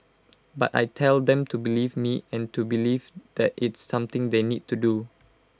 but I tell them to believe me and to believe that it's something they need to do